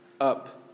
up